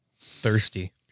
Thirsty